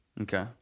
Okay